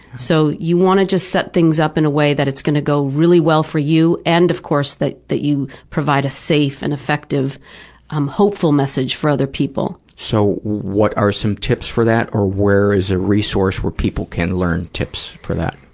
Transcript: so, you want to just set things up in a way that it's going to go really well for you and, of course, that that you provide a safe and effective um hopeful message for other people. so what are some tips for that, or where is a resource where people can learn tips for that?